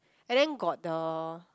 and then got the